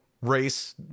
race